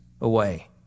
away